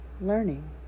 Learning